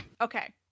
Okay